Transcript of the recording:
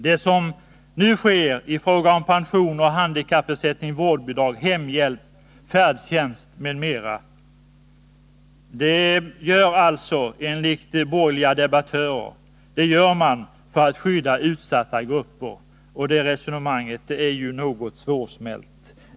Vad som nu sker i fråga om pensioner, handikappersättning, vårdnadsbidrag, hemhjälp, färdtjänst m.m., görs enligt borgerliga debattörer för att skydda utsatta grupper. Men det resonemanget är något svårsmält.